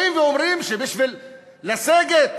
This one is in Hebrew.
באים ואומרים שבשביל לסגת